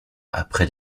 après